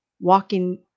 walking